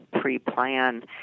pre-plan